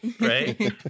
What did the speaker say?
right